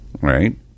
right